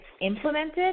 implemented